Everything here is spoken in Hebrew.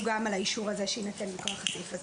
גם על האישור הזה שיינתן מכוח הסעיף הזה.